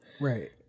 right